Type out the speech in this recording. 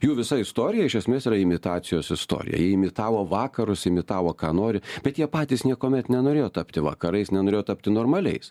jų visa istorija iš esmės yra imitacijos istorija imitavo vakarus imitavo ką nori bet jie patys niekuomet nenorėjo tapti vakarais nenorėjo tapti normaliais